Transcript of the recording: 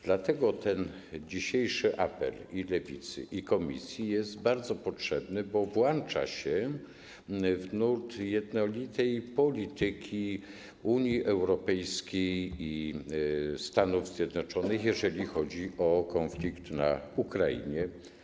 Dlatego ten dzisiejszy apel i Lewicy, i komisji jest bardzo potrzebny, bo włącza się w nurt jednolitej polityki Unii Europejskiej i Stanów Zjednoczonych, jeżeli chodzi o konflikt na Ukrainie.